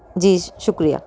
ਜੀ ਸ਼ੁਕਰੀਆ